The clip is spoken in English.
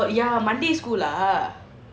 oh my god ya monday school lah